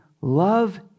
Love